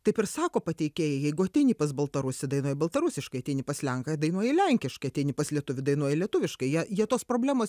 taip ir sako pateikėjai jeigu ateini pas baltarusį dainuoji baltarusiškai ateini pas lenką dainuoji lenkiškai ateini pas lietuvį dainuoji lietuviškai jie jie tos problemos